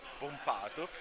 pompato